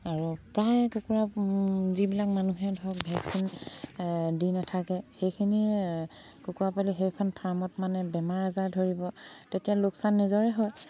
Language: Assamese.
আৰু প্ৰায় কুকুৰা যিবিলাক মানুহে ধৰক ভেকচিন দি নাথাকে সেইখিনি কুকুৰা পোৱালি সেইখন ফাৰ্মত মানে বেমাৰ আজাৰ ধৰিব তেতিয়া লোকচান নিজৰে হয়